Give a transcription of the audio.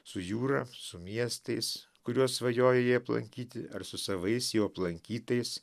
su jūra su miestais kuriuos svajoji aplankyti ar su savais jau aplankytais